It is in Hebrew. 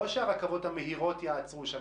לא שהרכבות המהירות יעצרו שם,